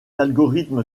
algorithmes